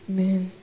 Amen